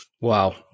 Wow